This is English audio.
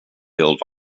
build